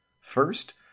First